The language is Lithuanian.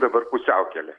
dabar pusiaukelė